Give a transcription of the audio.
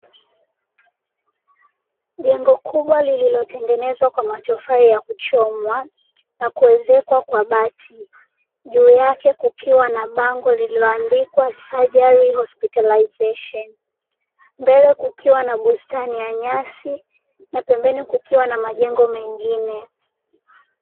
Jengo kubwa lililotengenezwa kwa matofali ya kuchomwa na kuezekwa kwa bati juu yake kukiwa na bango lililoandikwa " surgery hospitalization" mbele kukiwa na bustani ya nyasi na pembeni kukiwa na majengo mengine.